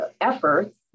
efforts